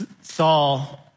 Saul